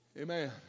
Amen